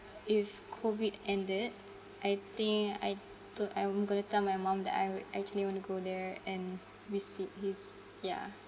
if COVID ended I think I to I'm going to tell my mum that I actually want to go there and visit him how about you